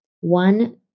One